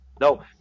no